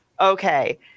okay